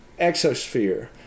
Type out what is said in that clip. exosphere